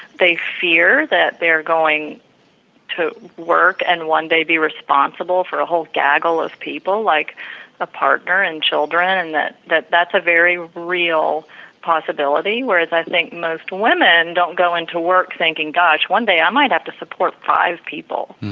they fear that they are going to work and one day be responsible for a whole gaggle of people like a partner and children, and that's a very real possibility whereas i think most women don't go into work thinking gosh one day i might have to support five people.